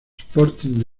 sporting